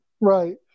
Right